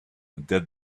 their